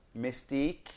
Mystique